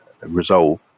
resolve